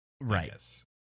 Right